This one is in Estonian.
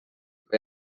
kui